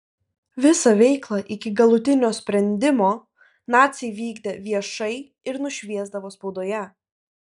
visą veiklą iki galutinio sprendimo naciai vykdė viešai ir nušviesdavo spaudoje